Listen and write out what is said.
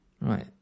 Right